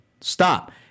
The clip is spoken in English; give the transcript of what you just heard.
stop